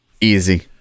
easy